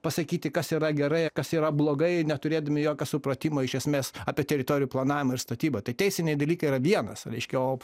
pasakyti kas yra gerai kas yra blogai neturėdami jokio supratimo iš esmės apie teritorijų planavimą ir statybą tai teisiniai dalykai yra vienas reiškia o